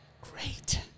Great